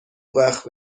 وقت